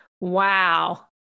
Wow